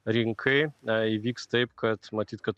rinkai a įvyks taip kad matyt kad